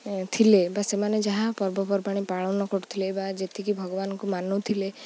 ଥିଲେ ବା ସେମାନେ ଯାହା ପର୍ବପର୍ବାଣି ପାଳନ କରୁଥିଲେ ବା ଯେତିକି ଭଗବାନଙ୍କୁ ମାନୁଥିଲେ